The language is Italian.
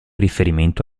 riferimento